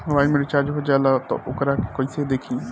Mobile में recharge हो जाला त वोकरा के कइसे देखी?